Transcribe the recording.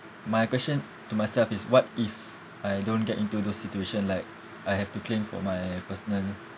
my question to myself is what if I don't get into those situation like I have to claim for my personal